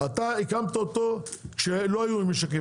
אתה הקמת אותו כשלא היום עוד משקים,